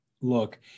Look